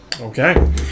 Okay